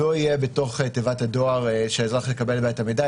לא יהיה בתוך תיבת הדואר שהאזרח יקבל בה את המידע,